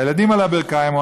הילדים על הברכיים,